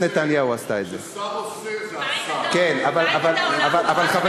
נתניהו העביר את חוק